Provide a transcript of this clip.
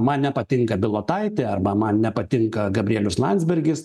man nepatinka bilotaitė arba man nepatinka gabrielius landsbergis